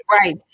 Right